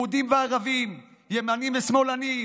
יהודים וערבים, ימנים ושמאלנים,